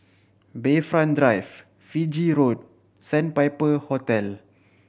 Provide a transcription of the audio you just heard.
Bayfront Drive Fiji Road Sandpiper Hotel